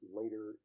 later